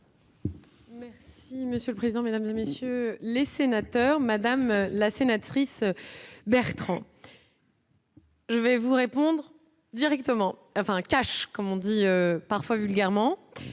Si monsieur le président, Mesdames et messieurs les sénateurs, Madame la sénatrice Bertrand. Je vais vous répondre directement enfin cash comme on dit parfois vulgairement